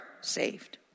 saved